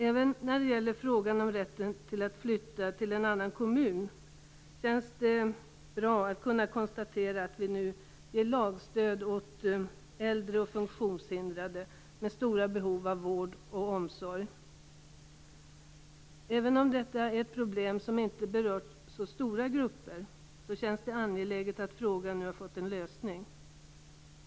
Även när det gäller frågan om rätten att flytta till en annan kommun känns det bra att kunna konstatera att vi nu ger lagstöd åt äldre och funktionshindrade med stora behov av vård och omsorg. Även om detta är ett problem som inte har berört så stora grupper känns det angeläget att frågan nu har fått en lösning.